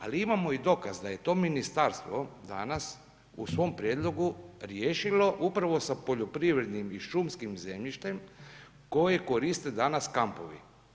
Ali imamo i dokaz da je to ministarstvo danas u svom prijedlogu riješilo upravo sa poljoprivrednim i šumskim zemljištem koje koriste danas kampovi.